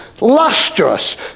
lustrous